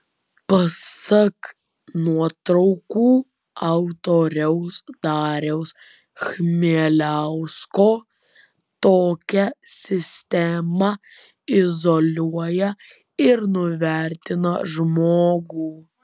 pasak nuotraukų autoriaus dariaus chmieliausko tokia sistema izoliuoja ir nuvertina žmogų